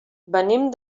venim